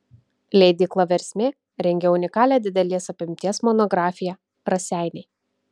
leidykla versmė rengia unikalią didelės apimties monografiją raseiniai